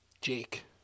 Jake